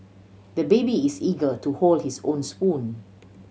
the baby is eager to hold his own spoon